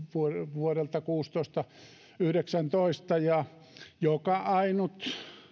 vuosilta kuusitoista viiva yhdeksäntoista ja joka ainut